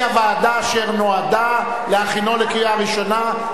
היא הוועדה אשר נועדה להכינה לקריאה ראשונה.